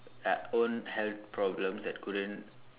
at own health problems that couldn't